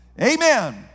Amen